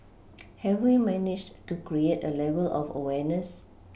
have we managed to create a level of awareness